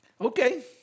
Okay